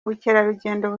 ubukerarugendo